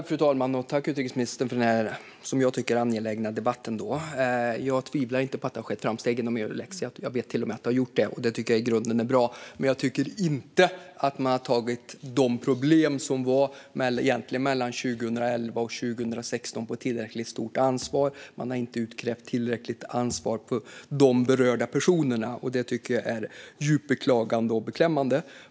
Fru talman! Jag tackar utrikesministern för denna som jag tycker angelägna debatt. Jag tvivlar inte på att det har skett framsteg inom Eulex. Jag vet till och med att det har gjort det. Det tycker jag i grunden är bra. Jag tycker dock inte att man har tagit de problem som fanns mellan 2011 och 2016 på tillräckligt stort allvar. Man har inte utkrävt tillräckligt ansvar från de berörda personerna, och det tycker jag är djupt beklagligt och beklämmande.